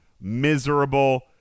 miserable